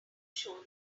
show